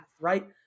right